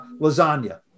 lasagna